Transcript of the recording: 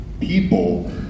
people